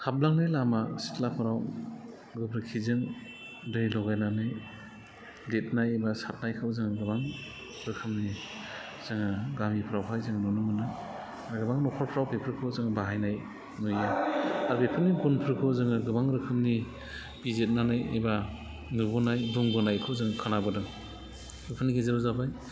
हाबलांनाय लामा सिथ्लाफोराव गोबोरखिजों दै लगायनानै लिरनाय एबा सारनायखौ जों गोबां रोखोमनि जोङो गामिफोरावहाय जों नुनो मोनो गोबां न'खरफोराव बेफोरखौ जों बाहायनाय नुयो आरो बेफोरनि गुनफोरखौ जोङो गोबां रोखोमनि बिजिरनानै एबा नुबोनाय बुंबोनायखौ जों खोनाबोदों बेफोरनि गेजेराव जाबाय